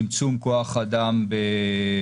וביניהם צמצום כוח אדם בקבע,